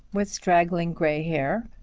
with straggling grey hair,